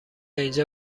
اینجا